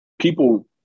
people